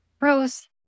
Rose